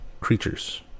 creatures